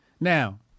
now